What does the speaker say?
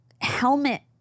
helmet